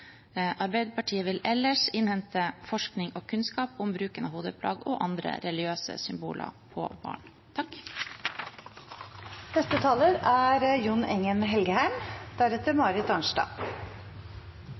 Arbeiderpartiet vil ellers innhente forskning og kunnskap om bruk av hodeplagg og andre religiøse symboler på barn.